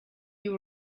you